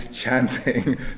chanting